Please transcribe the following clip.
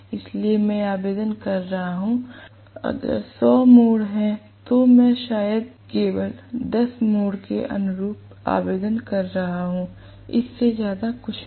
इसलिए मैं आवेदन कर रहा हूं अगर सौ मोड़ हैं तो मैं शायद केवल 10 मोड़ के अनुरूप आवेदन कर रहा हूं इससे ज्यादा कुछ नहीं